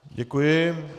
Děkuji.